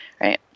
right